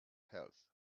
health